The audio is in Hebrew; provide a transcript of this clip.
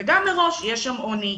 וגם מראש יש שם עוני,